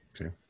Okay